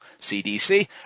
CDC